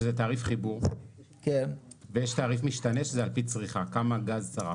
שזה תעריף חיבור ויש תעריף משתנה שזה על פי צריכה-כמה גז צרכת.